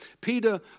Peter